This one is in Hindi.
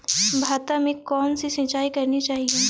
भाता में कौन सी सिंचाई करनी चाहिये?